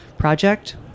project